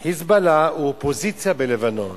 "חיזבאללה" הוא אופוזיציה בלבנון,